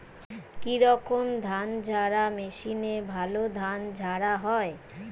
কি রকম ধানঝাড়া মেশিনে ভালো ধান ঝাড়া হয়?